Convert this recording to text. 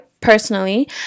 personally